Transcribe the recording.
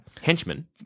henchmen